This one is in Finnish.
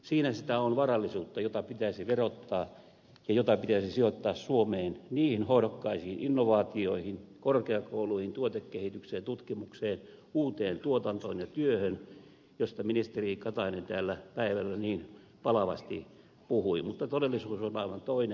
siinä sitä on varallisuutta jota pitäisi verottaa ja jota pitäisi sijoittaa suomeen niihin hohdokkaisiin innovaatioihin korkeakouluihin tuotekehitykseen tutkimukseen uuteen tuotantoon ja työhön joista ministeri katainen täällä päivällä niin palavasti puhui mutta todellisuus on aivan toinen